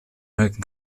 merken